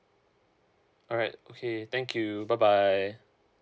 alright okay thank you bye bye